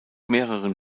mehreren